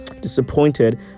disappointed